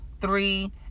three